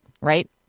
right